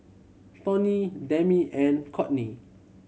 Tony Demi and Courtney